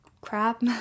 crap